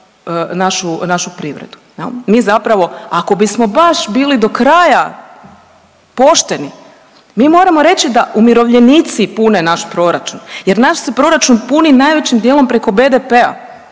našu privredu jel. Mi zapravo ako bismo baš bili dokraja pošteni, mi moramo reći da umirovljenici pune naš proračun jer naš se proračun puni najvećim dijelom preko BDP-a,